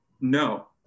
no